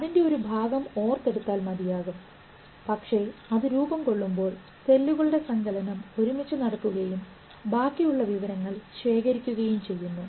അതിൻറെ ഒരു ഭാഗം ഓർത്ത് എടുത്താൽ മതിയാകും പക്ഷേ അത് രൂപംകൊള്ളുമ്പോൾ സെല്ലുകളുടെ സങ്കലനം ഒരുമിച്ചു നടക്കുകയും ബാക്കിയുള്ള വിവരങ്ങൾ ശേഖരിക്കുകയും ചെയ്യുന്നു